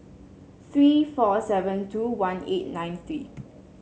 three four seven two one eight nine three